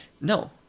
No